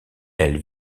elle